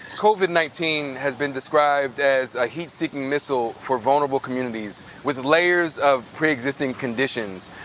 covid nineteen has been described as a heat-seeking missile for vulnerable communities, with layers of preexisting conditions.